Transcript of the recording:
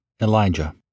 Elijah